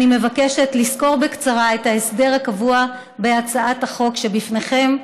אני מבקשת לסקור בקצרה את ההסדר הקבוע בהצעת החוק שבפניכם.